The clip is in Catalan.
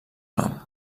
nom